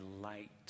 light